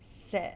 sad